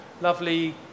lovely